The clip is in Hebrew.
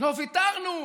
לא ויתרנו.